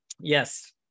Yes